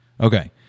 Okay